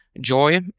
joy